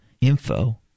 info